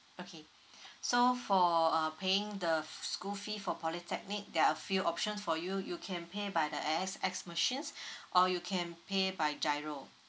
okay so for uh paying the f~ school fee for polytechnic there are a few options for you you can pay by the A_X_S machines or you can pay by GIRO